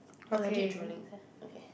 ah legit drooling ya okay